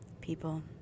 people